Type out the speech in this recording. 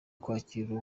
kwakira